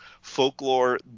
folklore